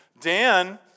Dan